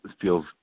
feels